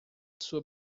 sua